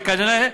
וכנראה,